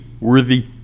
Worthy